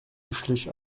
beschlich